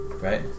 right